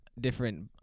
different